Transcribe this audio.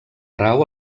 rau